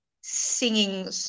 singing